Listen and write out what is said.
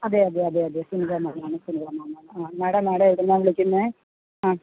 അതേ അതേ അതേ അതേ സിന്ധു പറഞ്ഞ ആളാണ് സിന്ധു പറഞ്ഞ ആളാണ് ആ മേഡം മേഡമെവിടുന്നാണ് വിളിക്കുന്നത് ആ